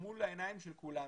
מול העיניים של כולנו.